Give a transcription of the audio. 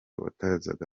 watozaga